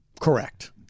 Correct